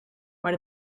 maar